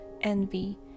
envy